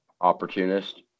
Opportunist